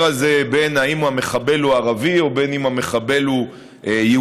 הזה אם המחבל הוא ערבי או אם המחבל הוא יהודי.